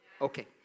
Okay